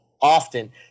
often